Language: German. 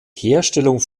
herstellung